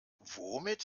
womit